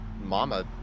mama